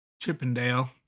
Chippendale